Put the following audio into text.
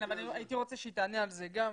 הייתי רוצה שהיא תענה על זה גם.